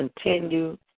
Continue